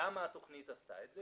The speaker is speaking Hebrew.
למה התוכנית עשתה את זה?